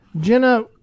Jenna